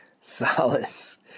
solace